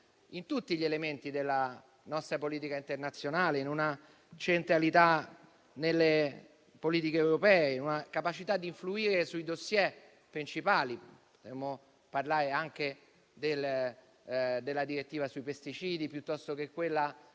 in tutti gli elementi della nostra politica internazionale, nella centralità nelle politiche europee, nella capacità di influire sui *dossier* principali. Potremmo parlare anche della direttiva sui pesticidi o di quella